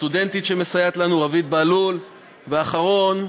הסטודנטית שמסייעת לנו רוית בהלול, ואחרון,